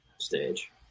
stage